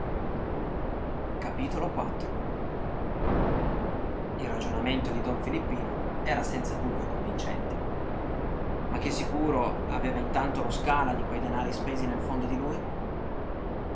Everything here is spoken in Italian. sarà tua il ragionamento di don filippino era senza dubbio convincente ma che sicuro aveva intanto lo scala di quei denari spesi nel fondo di lui